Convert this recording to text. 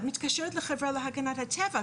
את מתקשרת לחברה להגנת הטבע.